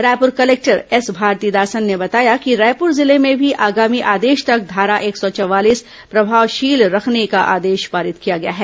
Raipur collector S Bharathidasan ने बताया कि रायपुर जिले में भी आगामी आदेश तक घारा एक सौ चवालीस प्रभावशील रखने का आदेश पारित किया गया है